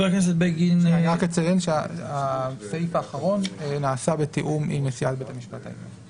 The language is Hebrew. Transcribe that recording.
אני רק אציין שסעיף האחרון נעשה בתיאום עם נשיאת בית המשפט העליון.